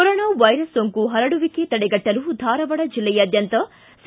corona virus ಸೋಂಕು ಹರಡುವಿಕೆ ತಡೆಗಟ್ಟಲು ಧಾರವಾಡ ಜಿಲ್ಲೆಯಾದ್ದಂತ ಸಿ